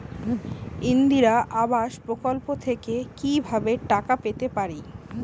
ইন্দিরা আবাস প্রকল্প থেকে কি ভাবে টাকা পেতে পারি?